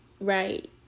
Right